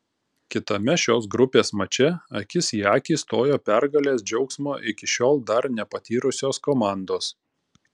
kitame šios grupės mače akis į akį stojo pergalės džiaugsmo iki šiol dar nepatyrusios komandos